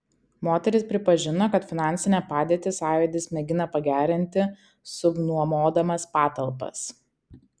moteris pripažino kad finansinę padėtį sąjūdis mėgina pagerinti subnuomodamas patalpas